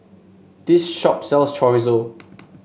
this shop sells Chorizo